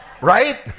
right